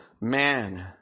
man